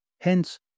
Hence